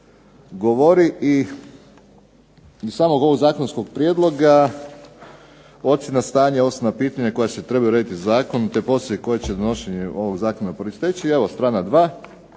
govori i iz samog ovog zakonskog prijedloga ocjena stanja, osnovna pitanja koja se trebaju urediti zakonom, te poslije koje će donošenjem ovog zakona proisteći, evo strana 2